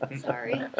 Sorry